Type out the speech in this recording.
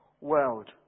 world